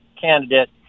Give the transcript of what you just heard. candidate